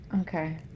Okay